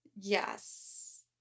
Yes